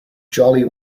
jolly